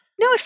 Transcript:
No